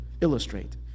illustrate